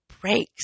breaks